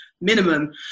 minimum